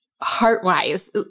heart-wise